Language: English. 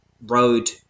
road